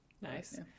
Nice